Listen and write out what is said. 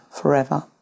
forever